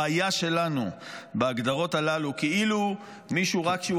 הבעיה שלנו בהגדרות הללו כאילו מישהו רק כשהוא